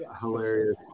hilarious